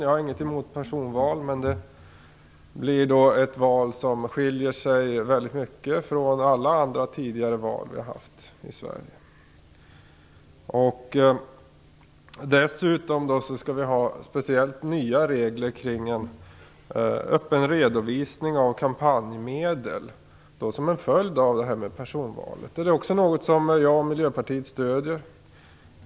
Jag har inget emot personval, men valet kommer då att skilja sig väldigt mycket från alla andra val som tidigare har ägt rum i Sverige. Dessutom skall vi ha nya regler om en öppen redovisning av kampanjmedel som en följd av personvalet. Det är också något som jag och Miljöpartiet stöder.